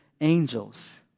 angels